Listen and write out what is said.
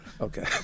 Okay